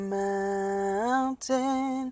mountain